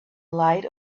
light